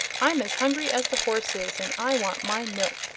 i'm as hungry as the horse is, and i want my milk.